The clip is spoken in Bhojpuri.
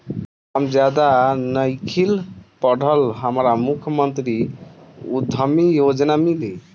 हम ज्यादा नइखिल पढ़ल हमरा मुख्यमंत्री उद्यमी योजना मिली?